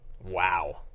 Wow